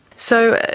so,